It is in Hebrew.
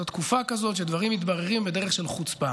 זו תקופה כזאת שדברים מתבררים בדרך של חוצפה.